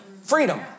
freedom